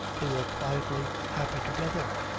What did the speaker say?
they were quietly happy together.